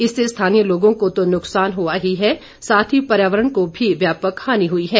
इससे स्थानीय लोगों को तो नुकसान हुआ ही है साथ ही पर्यावरण को भी व्यापक हानि हुई है